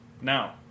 Now